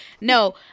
no